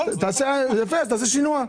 תעשה שינוע.